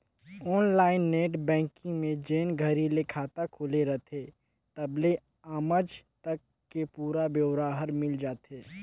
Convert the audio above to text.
online net banking में जेन घरी ले खाता खुले रथे तबले आमज तक के पुरा ब्योरा हर मिल जाथे